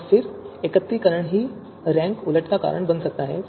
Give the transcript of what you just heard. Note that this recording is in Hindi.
और फिर एकत्रीकरण ही रैंक उलट का कारण बन सकता है